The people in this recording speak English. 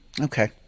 Okay